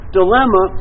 dilemma